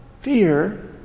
fear